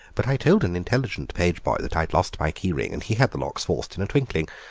but i told an intelligent page boy that i had lost my key-ring, and he had the locks forced in a twinkling.